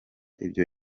ibyo